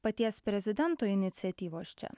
paties prezidento iniciatyvos čia